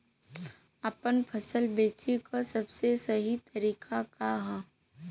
आपन फसल बेचे क सबसे सही तरीका का ह?